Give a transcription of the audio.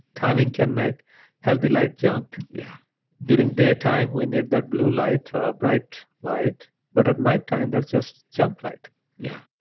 timing can make healthy light junk. yeah during day time, we need that blue light or bright light but at night time, that's just junk light yeah.